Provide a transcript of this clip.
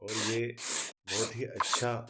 और ये बहुत ही अच्छा